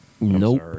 Nope